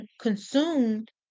consumed